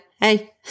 Hey